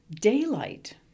daylight